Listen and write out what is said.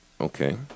Okay